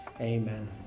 Amen